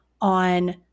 on